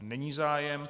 Není zájem.